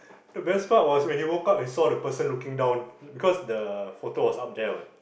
the best part was when he woke up he saw the person looking down because the photo was up there what